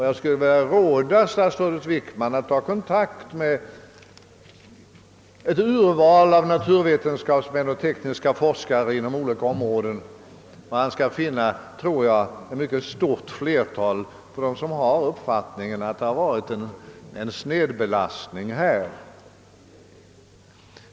Jag skulle därför vilja råda statsrådet Wickman att ta kontakt med ett urval av naturvetenskapsmän och tekniska forskare inom olika områden. Han skall då finna att ett mycket stort flertal har den uppfattningen att det förekommit en snedbelastning vid anslagsfördelningen.